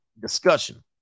discussion